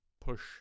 push